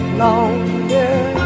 longer